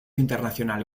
internacional